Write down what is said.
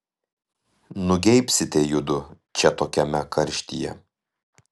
nugeibsite judu čia tokiame karštyje